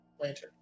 lantern